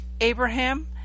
Abraham